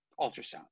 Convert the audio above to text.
ultrasound